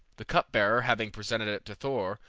the cupbearer having presented it to thor,